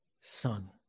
son